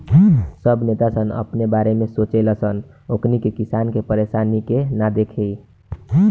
सब नेता सन बस अपने बारे में सोचे ले सन ओकनी के किसान के परेशानी के ना दिखे